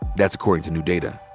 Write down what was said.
that's according to new data.